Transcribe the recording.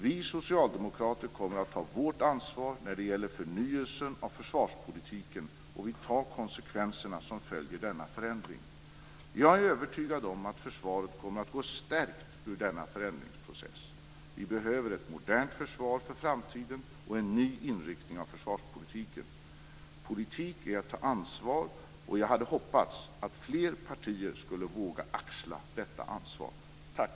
Vi socialdemokrater kommer att ta vårt ansvar när det gäller förnyelsen av försvarspolitiken och vi tar konsekvenserna som följer av denna förändring. Jag är övertygad om att försvaret kommer att gå stärkt ur denna förändringsprocess. Vi behöver ett modernt försvar för framtiden och en ny inriktning av försvarspolitiken. Politik är att ta ansvar, och jag hade hoppats att fler partier skulle vågat axla detta ansvar. Tack!